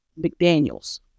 McDaniels